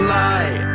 lie